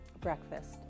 breakfast